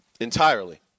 Entirely